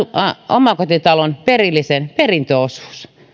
omakotitalon perillisen perintöosuus